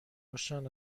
روشن